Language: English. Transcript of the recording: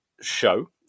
show